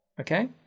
okay